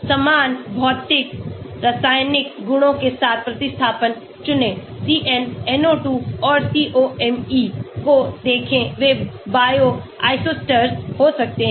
समान भौतिक रासायनिक गुणों के साथ प्रतिस्थापन चुनें CN NO2 और COMe को देखें वे बायो आइसोस्टर हो सकते हैं